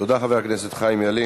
תודה, חבר הכנסת חיים ילין.